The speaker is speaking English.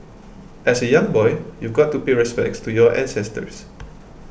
as a young boy you've got to pay respects to your ancestors